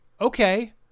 okay